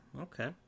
okay